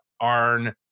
Arn